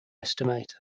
estimate